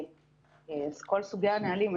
כל סוגי הנהלים.